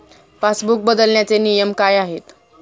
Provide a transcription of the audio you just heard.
Passbook बदलण्याचे नियम काय आहेत?